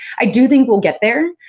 i do think we'll get there.